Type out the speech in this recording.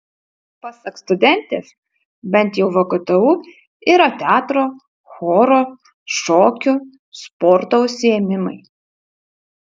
pasak studentės bent jau vgtu yra teatro choro šokių sporto užsiėmimai